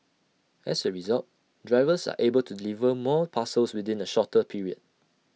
as A result drivers are able to deliver more parcels within A shorter period